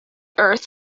earth